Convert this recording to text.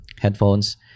headphones